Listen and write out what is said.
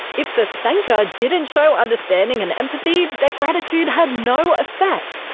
if the thanker didn't show understanding and empathy, their gratitude had no effect.